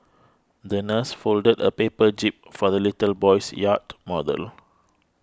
the nurse folded a paper jib for the little boy's yacht model